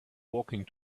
walking